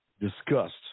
discussed